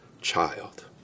child